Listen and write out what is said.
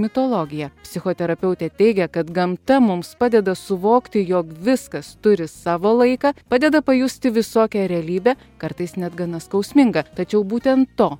mitologiją psichoterapeutė teigia kad gamta mums padeda suvokti jog viskas turi savo laiką padeda pajusti visokią realybę kartais net gana skausmingą tačiau būtent to